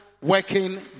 working